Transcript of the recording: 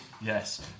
Yes